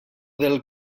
del